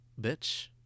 Bitch